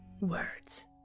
words